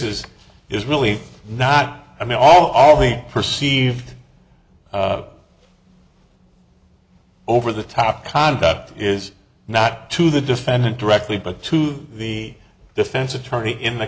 is is really not i mean all the perceived over the top conduct is not to the defendant directly but to the defense attorney in the